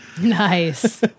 Nice